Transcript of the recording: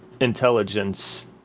intelligence